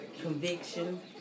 conviction